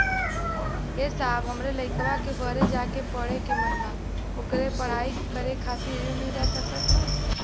ए साहब हमरे लईकवा के बहरे जाके पढ़े क मन बा ओके पढ़ाई करे खातिर ऋण मिल जा सकत ह?